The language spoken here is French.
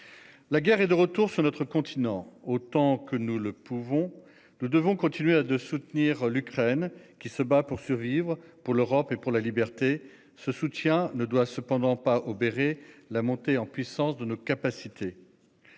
La guerre est de retour sur notre continent autant que nous le pouvons, nous devons continuer à de soutenir l'Ukraine qui se bat pour survivre, pour l'Europe et pour la liberté. Ce soutien ne doit cependant pas obérer la montée en puissance de nos capacités.